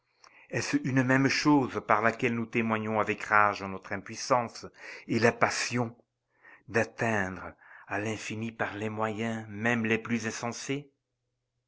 est-ce une même chose par laquelle nous témoignons avec rage notre impuissance et la passion d'atteindre à l'infini par les moyens même les plus